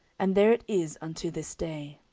and there it is unto this day.